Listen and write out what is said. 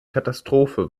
katastrophe